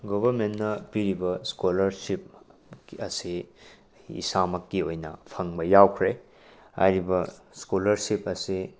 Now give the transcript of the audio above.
ꯒꯣꯕ꯭ꯔꯃꯦꯟꯅ ꯄꯤꯔꯤꯕ ꯁ꯭ꯀꯣꯂ꯭ꯔꯁꯤꯞꯀꯤ ꯑꯁꯤ ꯏꯁꯥꯃꯛꯀꯤ ꯑꯣꯏꯅ ꯐꯪꯕ ꯌꯥꯎꯈ꯭ꯔꯦ ꯍꯥꯏꯔꯤꯕ ꯁ꯭ꯀꯣꯂ꯭ꯔꯁꯤꯞ ꯑꯁꯤ